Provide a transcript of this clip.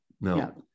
No